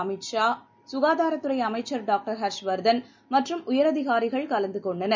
Amit Shah சுகாதாரத்துறைஅமைச்சா் doctor Harshvardhan மற்றும் உயரதிகாரிகள் கலந்துகொண்டனர்